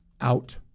out